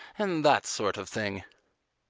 and that sort of thing.